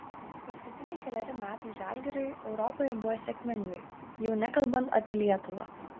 paskutiniai keleri metai žalgiriui europoje buvo sėkmingai jau nekalbant apie lietuvą